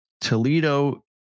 Toledo